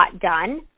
done